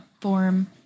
form